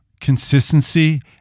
consistency